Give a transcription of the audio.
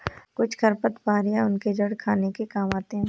कुछ खरपतवार या उनके जड़ खाने के काम आते हैं